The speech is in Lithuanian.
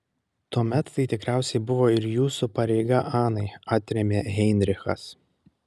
tuomet tai tikriausiai buvo ir jūsų pareiga anai atrėmė heinrichas